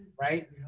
Right